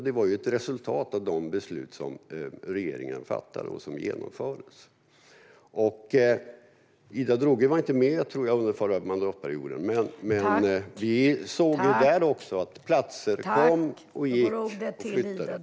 Det var ett resultat av de beslut som regeringen fattade och som genomfördes. Jag tror inte att Ida Drougge var med under den förra mandatperioden, men vi såg då .